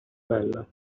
bella